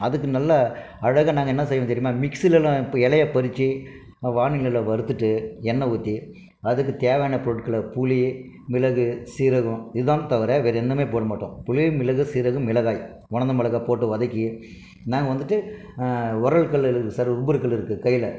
அதுக்கு நல்ல அழகாக நாங்கள் என்ன செய்வோம் தெரியுமா மிக்சிலெலாம் இப்போ இலைய பறிச்சு வாணலியில் வறுத்துட்டு எண்ணய் ஊற்றி அதுக்கு தேவையான பொருட்கள புளி மிளகு சீரகம் இதுதான் தவிர வேறு ஒன்றுமே போட மாட்டோம் புளி மிளகு சீரகம் மிளகாய் உலந்த மிளகாய் போட்டு வதக்கி நாங்கள் வந்துட்டு உரல் கல் அல்லது கல் இருக்குது கையால்